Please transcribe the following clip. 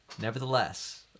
Nevertheless